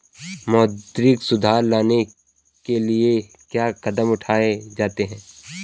मौद्रिक सुधार लाने के लिए क्या कदम उठाए जाते हैं